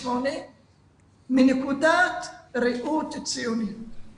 מנקודת ראות ציונית,